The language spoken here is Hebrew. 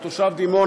הוא תושב דימונה,